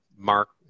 Mark